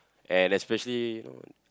and especially